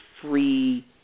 free